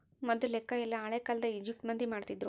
ಮೊದ್ಲು ಲೆಕ್ಕ ಎಲ್ಲ ಹಳೇ ಕಾಲದ ಈಜಿಪ್ಟ್ ಮಂದಿ ಮಾಡ್ತಿದ್ರು